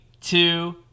two